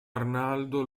arnaldo